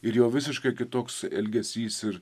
ir jo visiškai kitoks elgesys ir